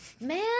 man